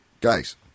guys